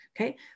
okay